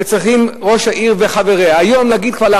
שצריכים ראש העיר וחבריה היום להגיד כבר,